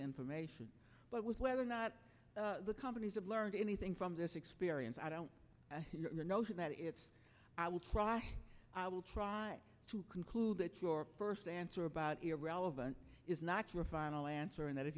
information but was whether or not the companies have learned anything from this experience i don't know that it's i will try to conclude that your first answer about irrelevant is not your final answer and that if